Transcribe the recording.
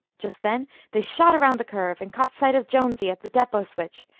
just then they shot around the curve and caught sight of jonesy at the depot switch,